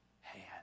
hand